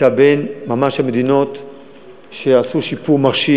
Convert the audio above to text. הייתה בין המדינות ששיפרו שיפור מרשים.